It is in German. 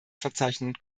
verzeichnen